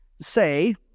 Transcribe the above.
say